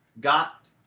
got